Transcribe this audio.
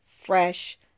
fresh